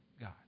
God